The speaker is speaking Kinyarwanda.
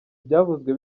byavuzwe